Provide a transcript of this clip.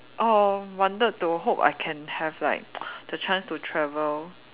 oh wanted to hope I can have like the chance to travel